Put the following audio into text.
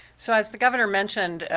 so as the governor mentioned,